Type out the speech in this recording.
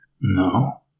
No